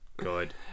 Good